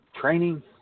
training